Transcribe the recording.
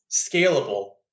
scalable